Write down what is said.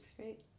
great